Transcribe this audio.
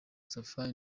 safari